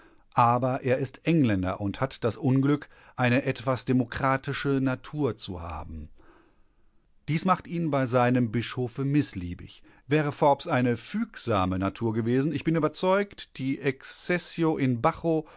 aber er ist engländer und hat das unglück eine etwas demokratische natur zu haben dies machte ihn bei seinem bischofe mißliebig wäre forbes eine fügsame natur gewesen ich bin überzeugt die excessio in bacho